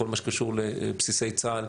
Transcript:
כל מה שקשור לבסיסי צה"ל,